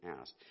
asked